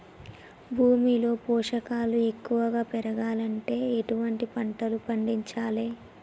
భూమిలో పోషకాలు ఎక్కువగా పెరగాలంటే ఎటువంటి పంటలు పండించాలే?